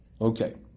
Okay